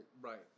Right